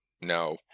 No